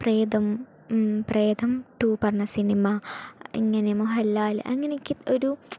പ്രേതം പ്രേതം ടു പറഞ്ഞ സിനിമ ഇങ്ങനെ മോഹൻലാൽ അങ്ങനെയൊക്കെ ഒരു